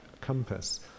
compass